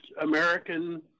American